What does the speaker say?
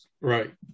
Right